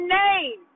name